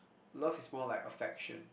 love is more like affection